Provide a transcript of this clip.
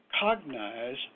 cognize